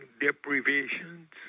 deprivations